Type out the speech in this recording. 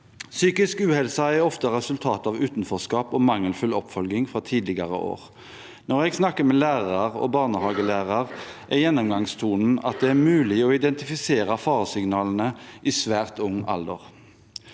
Psykisk uhelse er ofte resultatet av utenforskap og mangelfull oppfølging fra tidligere år. Når jeg snakker med lærere og barnehagelærere, er gjennomgangstonen at det er mulig å identifisere faresignalene i svært ung alder.